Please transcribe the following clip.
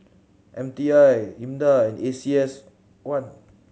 M T I IMDA A C S one